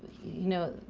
you know,